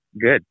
good